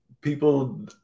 people